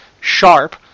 sharp